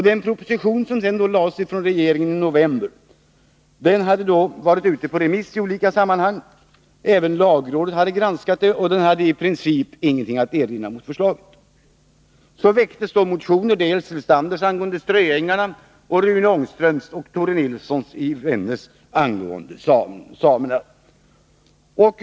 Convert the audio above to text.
Den proposition som i november lades fram av regeringen hade varit ute på remiss i olika sammanhang. Även lagrådet hade granskat förslaget och hade i princip inget att erinra mot det.